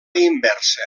inversa